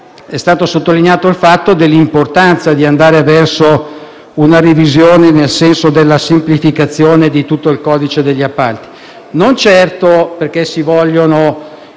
è stata sottolineata l'importanza di andare verso una revisione che porti a una semplificazione di tutto il codice degli appalti; non certo perché si vogliano